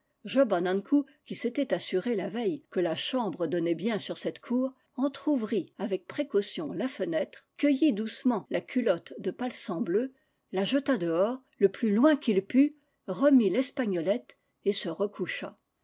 job an ankou qui s'était assuré la veille que la chambre donnait bien sur cette cour entr'ouvrit avec précaution la fenêtre cueillit doucement la culotte de palsambleu la jeta dehors le plus loin qu'il put remit l'espagnolette et se recoucha